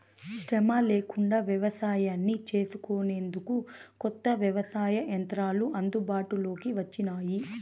శ్రమ లేకుండా వ్యవసాయాన్ని చేసుకొనేందుకు కొత్త వ్యవసాయ యంత్రాలు అందుబాటులోకి వచ్చినాయి